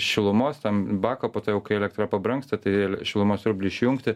šilumos ten baką po to jau kai elektra pabrangsta tai el šilumos siurblį išjungti